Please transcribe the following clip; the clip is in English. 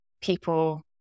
people